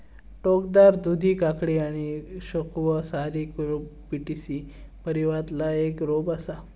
टोकदार दुधी काकडी आणि स्क्वॅश सारी कुकुरबिटेसी परिवारातला एक रोप असा